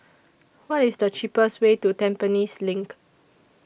What IS The cheapest Way to Tampines LINK